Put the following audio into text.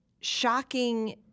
shocking